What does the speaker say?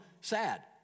sad